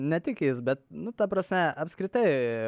ne tik jis bet nu ta prasme apskritai